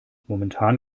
momentan